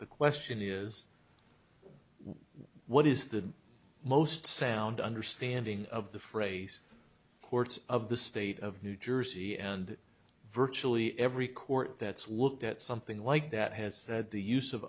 the question is what is the most sound understanding of the phrase courts of the state of new jersey and virtually every court that's looked at something like that has said the use of